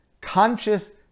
conscious